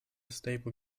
stable